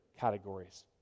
categories